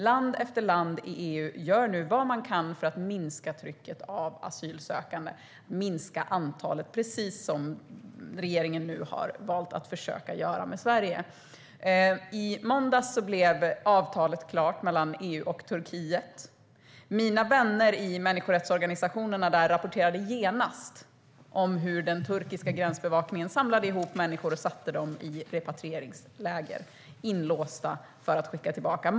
Land efter land i EU gör nu vad de kan för att minska trycket av asylsökande och minska antalet, precis som regeringen nu försöker göra för Sveriges del. I måndags blev avtalet mellan EU och Turkiet klart. Mina vänner i människorättsorganisationerna där rapporterade genast hur den turkiska gränsbevakningen samlade ihop människor och satte dem i repatrieringsläger, inlåsta för att bli tillbakaskickade.